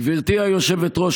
גברתי היושבת-ראש,